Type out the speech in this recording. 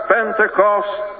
Pentecost